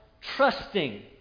trusting